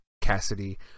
Cassidy